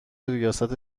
ریاست